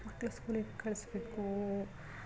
ಮಕ್ಳಿಗೆ ಸ್ಕೂಲಿಗೆ ಕಳಿಸಬೇಕು